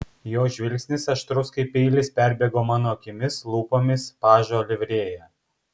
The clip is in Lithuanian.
jo žvilgsnis aštrus kaip peilis perbėgo mano akimis lūpomis pažo livrėja